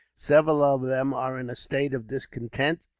several of them are in a state of discontent,